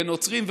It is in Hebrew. לנוצרים,